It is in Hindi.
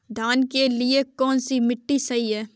धान के लिए कौन सी मिट्टी सही है?